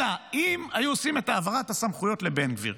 אלא אם היו עושים את העברת הסמכויות לבן גביר.